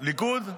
ליכוד?